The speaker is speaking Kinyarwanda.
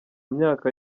myaka